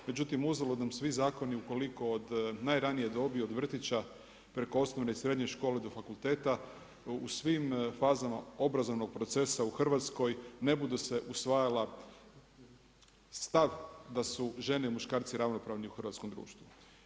Međutim uzalud nam svi zakoni ukoliko od najranije dobi od vrtića preko osnovne i srednje škole do fakulteta u svim fazama obrazovnog procesa u Hrvatskoj ne budu se usvajala stav da su žene i muškarci ravnopravni u hrvatskom društvu.